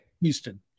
Houston